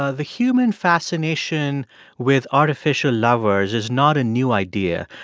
ah the human fascination with artificial lovers is not a new idea.